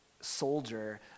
soldier